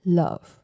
love